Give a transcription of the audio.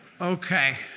Okay